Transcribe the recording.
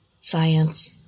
science